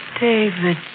David